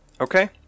Okay